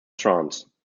trance